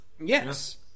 Yes